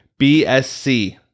BSC